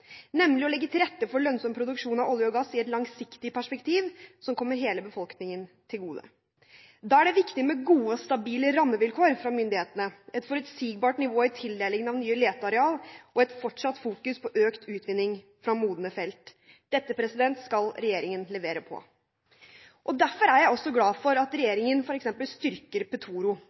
nemlig å legge til rette for lønnsom produksjon av olje og gass i et langsiktig perspektiv som kommer hele befolkningen til gode. Da er det viktig med gode og stabile rammevilkår fra myndighetene, et forutsigbart nivå i tildelingen av nye leteareal og en fortsatt fokusering på økt utvinning fra modne felt. Dette skal regjeringen levere på. Derfor er jeg også glad for at regjeringen f.eks. styrker Petoro,